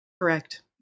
Correct